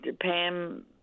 Pam